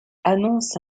annonce